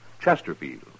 Chesterfield